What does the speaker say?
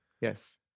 yes